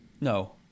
no